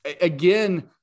again